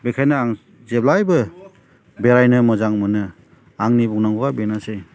बेखायनो आं जेब्लायबो बेरायनो मोजां मोनो आंनि बुंनांगौआ बेनोसै